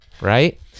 right